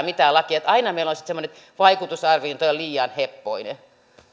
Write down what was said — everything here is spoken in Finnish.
mitään lakia aina meillä on sitten semmoinen että vaikutusarviointi on liian heppoinen